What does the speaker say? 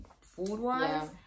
food-wise